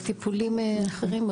לטיפולים אחרים,